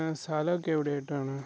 സ്ഥലം ഒക്കെ എവിടെയായിട്ടാണ്